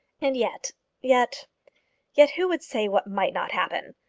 and yet yet yet, who would say what might not happen?